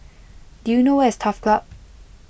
do you know where is Turf Club